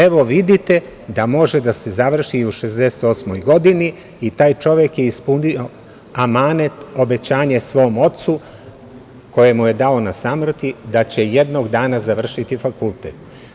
Evo, vidite da može da se završi i u 68. godini i taj čovek je ispunio amanet, obećanje svom ocu koje mu je dao na samrti - da će jednog dana završiti fakultet.